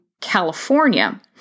California